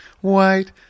White